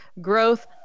growth